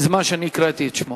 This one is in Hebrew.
בזמן שאני הקראתי את שמו.